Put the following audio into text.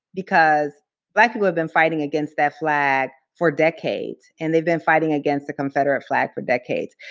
because black people have been fighting against that flag for decades, and they've been fighting against the confederate flag for decades.